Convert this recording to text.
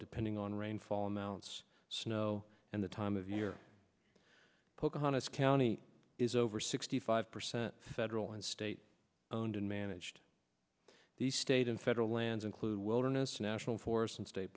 depending on rainfall amounts snow and the time of year pocahontas county is over sixty five percent federal and state owned and managed the state and federal lands include wilderness national forests and state